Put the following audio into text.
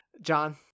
John